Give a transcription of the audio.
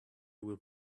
will